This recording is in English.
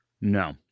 No